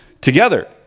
together